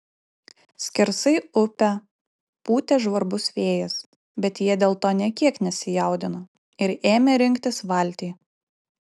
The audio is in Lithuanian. skersai upę pūtė žvarbus vėjas bet jie dėl to nė kiek nesijaudino ir ėmė rinktis valtį